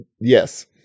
Yes